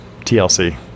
TLC